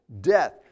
death